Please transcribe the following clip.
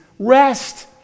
rest